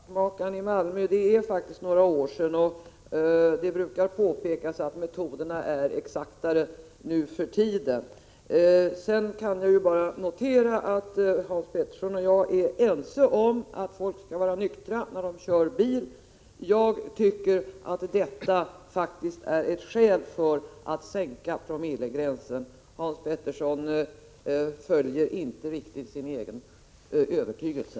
Fru talman! I korthet vill jag säga till Hans Pettersson att fallet med hattmakaren i Malmö nu är några år gammalt, och det brukar påpekas att metoderna är exaktare nu för tiden. Vi kan notera att vi är ense om att folk skall vara nyktra när de kör bil. Jag tycker att detta faktiskt är ett skäl för att sänka promillegränsen. Hans Pettersson följer inte riktigt sin egen övertygelse.